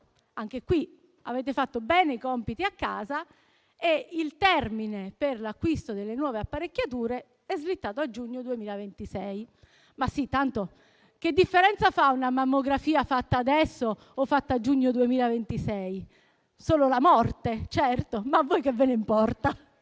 anche qui avete fatto bene i compiti a casa e il termine per l'acquisto delle nuove apparecchiature è slittato a giugno 2026. Ma sì, tanto che differenza fa una mammografia fatta adesso o a giugno 2026? Solo la morte. Certo, ma a voi che ve ne importa?